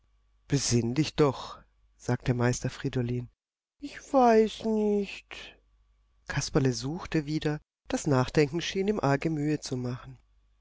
besinn dich doch sagte meister friedolin ich weiß nicht kasperle suchte wieder das nachdenken schien ihm arge mühe zu machen